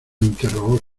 interrogó